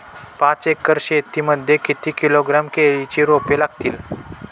पाच एकर शेती मध्ये किती किलोग्रॅम केळीची रोपे लागतील?